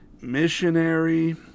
missionary